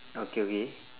okay okay